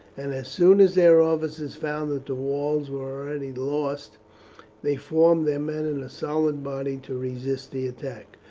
and as soon as their officers found that the walls were already lost they formed their men in a solid body to resist the attack.